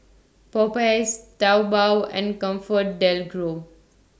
Popeyes Taobao and ComfortDelGro